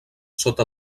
sota